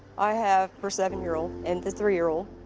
i have her seven-year-old and the three-year-old,